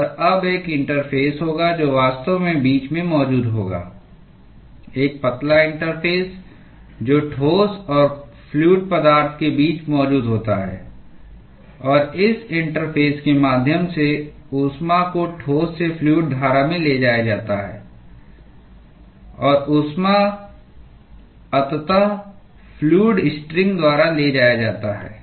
और अब एक इंटरफ़ेस होगा जो वास्तव में बीच में मौजूद होगा एक पतला इंटरफ़ेस जो ठोस और फ्लूअड पदार्थ के बीच मौजूद होता है और इस इंटरफ़ेस के माध्यम से ऊष्मा को ठोस से फ्लूअड धारा में ले जाया जाता है और ऊष्मा अंततः फ्लूअड स्ट्रिंग द्वारा ले जाया जाता है